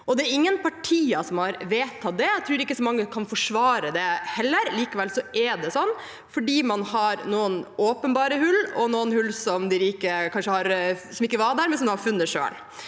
Det er ingen partier som har vedtatt det, og jeg tror ikke så mange kan forsvare det heller. Likevel er det slik, fordi man har noen åpenbare hull og noen hull som kanskje ikke var der, men